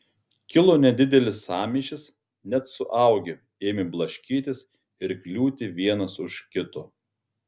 kilo nedidelis sąmyšis net suaugę ėmė blaškytis ir kliūti vienas už kito